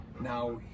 now